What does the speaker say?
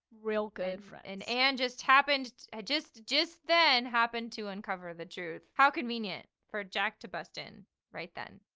real good friend anne just happened, had just, just then happened to uncover the truth. how convenient for jack to bust in right then.